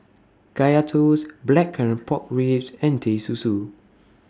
Kaya Toast Blackcurrant Pork Ribs and Teh Susu